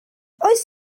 oes